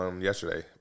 yesterday